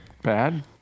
bad